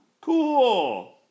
Cool